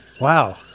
wow